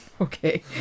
okay